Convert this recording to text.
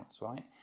right